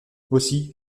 aussi